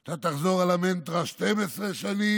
אתה תחזור על המנטרה "12 שנים,